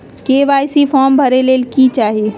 KYC form भरे ले कि चाही?